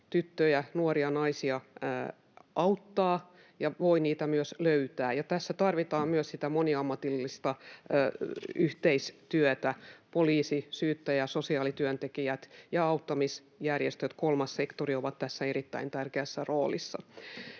tyttöjä, nuoria naisia auttaa ja voi heitä myös löytää. Tässä tarvitaan myös sitä moniammatillista yhteistyötä: poliisi, syyttäjä, sosiaalityöntekijät ja auttamisjärjestöt, kolmas sektori ovat tässä erittäin tärkeässä roolissa.